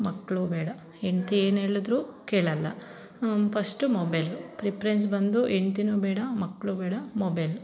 ಮಕ್ಕಳು ಬೇಡ ಹೆಂಡತಿ ಏನು ಹೇಳಿದರೂ ಕೇಳಲ್ಲ ಫಸ್ಟ್ ಮೊಬೈಲ್ ಪ್ರಿಪ್ರೆನ್ಸ್ ಬಂದು ಹೆಂಡ್ತಿನೂ ಬೇಡ ಮಕ್ಕಳೂ ಬೇಡ ಮೊಬೈಲ್